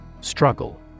Struggle